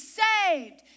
saved